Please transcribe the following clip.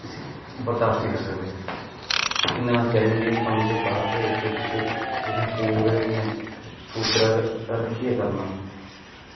इसी बरदाश्त निं करी सकदे एह् निहां चैलेंजिंग कम्म उसी जिसी तुसेंगी पूरे इंया सूत्तरे र रक्खियै करना